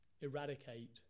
eradicate